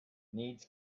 needs